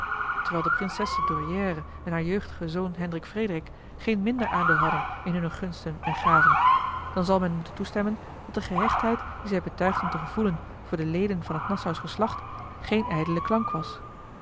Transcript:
terwijl de prinsesse douairière en haar jeugdige zoon hendrik frederik geen minder aandeel hadden in hunne gunsten en gaven dan zal men moeten toestemmen dat de gehechtheid die zij betuigden te gevoelen voor de leden van het nassau's geslacht geen ijdele klank was